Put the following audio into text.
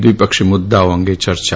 દ્વિપક્ષી મુદ્દાઓ અંગે ચર્ચા કરી